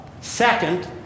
Second